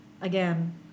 again